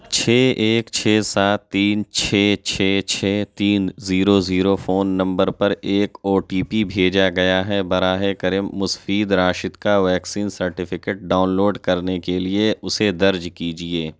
چھ ایک چھ سات تین چھ چھ چھ تین زیرو زیرو فون نمبر پر ایک او ٹی پی بھیجا گیا ہے براہِ کرم مسفید راشد کا ویکسین سرٹیفکیٹ ڈاؤن لوڈ کرنے کے لیے اسے درج کیجیے